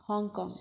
Hong Kong